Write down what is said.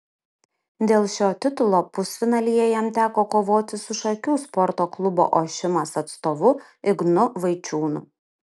dėl šio titulo pusfinalyje jam teko kovoti su šakių sporto klubo ošimas atstovu ignu vaičiūnu